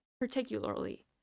Particularly